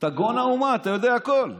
אתה גאון האומה, אתה יודע הכול.